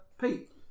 Pete